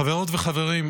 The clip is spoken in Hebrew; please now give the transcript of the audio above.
חברות וחברים,